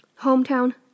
Hometown